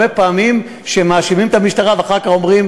הרבה פעמים מאשימים את המשטרה ואחר כך אומרים: